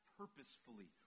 purposefully